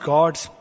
God's